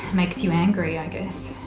makes you angry, i guess?